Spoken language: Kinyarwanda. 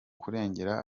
kurengera